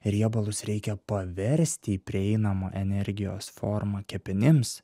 riebalus reikia paversti į prieinamą energijos formą kepenims